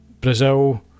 Brazil